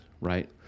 right